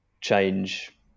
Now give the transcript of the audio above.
change